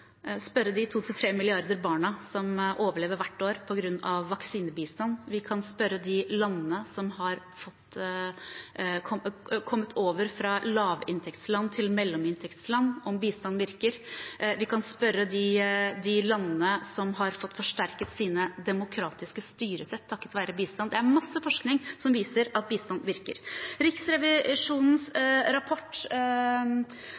spørre de 2–3 milliarder barn som overlever hvert år på grunn av vaksinebistand. Vi kan spørre de landene som har gått fra å være lavinntektsland til å være mellominntektsland, om bistand virker. Vi kan spørre de landene som har fått forsterket sine demokratiske styresett takket være bistand. Det er masse forskning som viser at bistand virker. Riksrevisjonens